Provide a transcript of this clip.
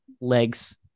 legs